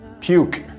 Puke